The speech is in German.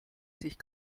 sich